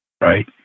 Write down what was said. Right